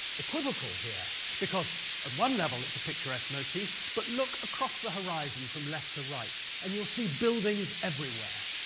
equivocal here because at one level, it's a picturesque motif, but look across the horizon from left to right and you'll see buildings everywhere.